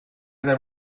there